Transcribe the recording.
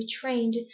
trained